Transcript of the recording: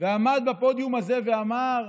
עמד בפודיום הזה ואמר: